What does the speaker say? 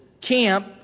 camp